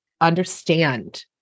understand